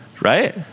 right